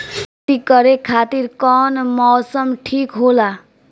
खेती करे खातिर कौन मौसम ठीक होला?